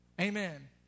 Amen